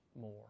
more